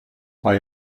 bei